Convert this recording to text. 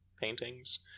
paintings